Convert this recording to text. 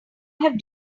have